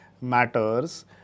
matters